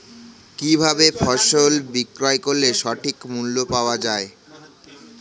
কি ভাবে ফসল বিক্রয় করলে সঠিক মূল্য পাওয়া য়ায়?